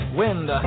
wind